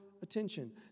attention